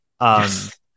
Yes